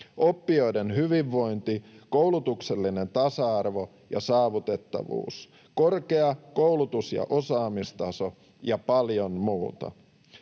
oppijoiden hyvinvointi, koulutuksellinen tasa-arvo ja saavutettavuus, korkea koulutus- ja osaamistaso ja paljon muuta